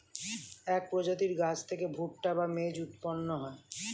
এক প্রজাতির গাছ থেকে ভুট্টা বা মেজ উৎপন্ন হয়